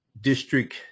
District